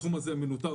התחום הזה עדיין מנוטר.